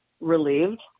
relieved